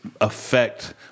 affect